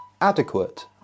adequate